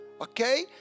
Okay